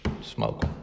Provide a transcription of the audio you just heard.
Smoke